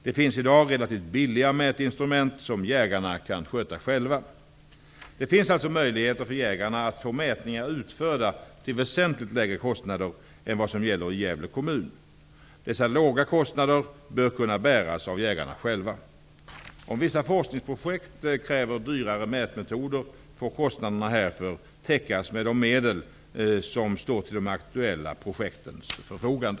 Det finns i dag relativt billiga mätinstrument som jägarna kan sköta själva. Det finns alltså möjligheter för jägarna att få mätningar utförda till väsentligt lägre kostnader än vad som gäller i Gävle kommun. Dessa låga kostnader bör kunna bäras av jägarna själva. Om vissa forskningsprojekt kräver dyrare mätmetoder får kostnaderna härför täckas med de medel som står till de aktuella projektens förfogande.